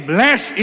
Bless